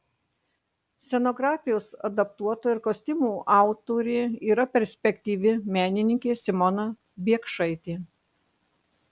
scenografijos adaptuotoja ir kostiumų autorė yra perspektyvi menininkė simona biekšaitė